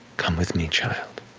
come with me, child.